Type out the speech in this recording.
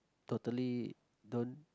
totally don't